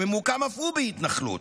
שממוקם אף הוא בהתנחלות,